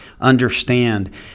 understand